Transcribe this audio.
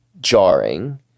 jarring